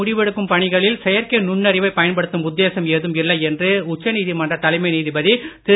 முடிவெடுக்கும் பணிகளில் நீதிமன்றங்களில் செயற்கை நுண்ணறிவைப் பயன்படுத்தும் உத்தேசம் ஏதும் இல்லை என்று உச்ச நீதிமன்ற தலைமை நீதிபதி திரு